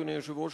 אדוני היושב-ראש,